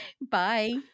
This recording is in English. Bye